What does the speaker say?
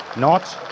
not.